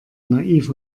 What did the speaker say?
naiv